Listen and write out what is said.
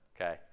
okay